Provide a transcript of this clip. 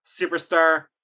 Superstar